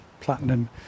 Platinum